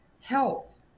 health